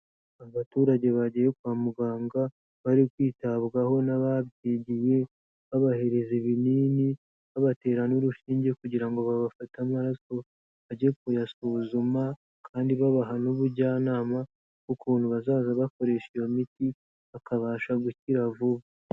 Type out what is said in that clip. Abaturage bagiye kwa muganga, bari kwitabwaho n'ababyigiye babahereza ibinini babaterana n'urushinge kugira ngo babafate amaraso bajye kuyasuzuma kandi babaha n'ubujyanama bw'ukuntu bazaza bakoresha iyo miti bakabasha gukira vuba.